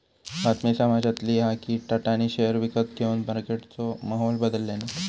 बातमी समाजली हा कि टाटानी शेयर विकत घेवन मार्केटचो माहोल बदलल्यांनी